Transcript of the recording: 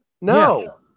No